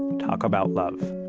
talk about love.